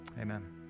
amen